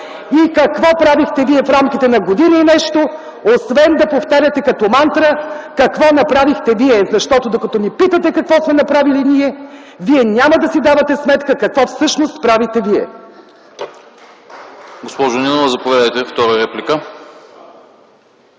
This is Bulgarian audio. и какво правихте вие в рамките на година и нещо, освен да повтаряте като мантра: „Какво направихте вие?” Защото докато ни питате какво сме направили ние, вие няма да си давате сметка какво всъщност правите вие.